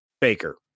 Baker